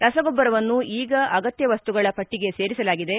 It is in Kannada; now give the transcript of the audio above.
ರಸಗೊಬ್ಬರವನ್ನು ಈಗ ಅಗತ್ಯ ವಸ್ತುಗಳ ಪಟ್ಟಿಗೆ ಸೇರಿಸಲಾಗಿದೆ